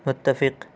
متفق